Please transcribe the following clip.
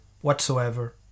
whatsoever